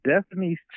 Destiny's